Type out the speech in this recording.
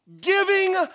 Giving